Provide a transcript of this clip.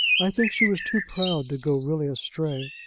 i think she was too proud to go really astray.